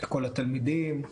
לכל התלמידים,